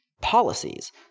policies